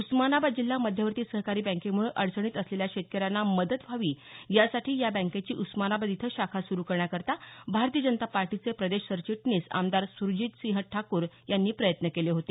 उस्मानाबाद जिल्हा मध्यवर्ती सहकारी बँकेम्ळं अडचणीत असलेल्या शेतकऱ्यांना मदत व्हावी यासाठी या बँकेची उस्मानाबाद इथं शाखा सुरू करण्याकरता भारतीय जनता पार्टीचे प्रदेश सरचिटणीस आमदार सुजितसिंह ठाकूर यांनी प्रयत्न केले होते